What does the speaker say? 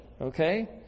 okay